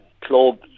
club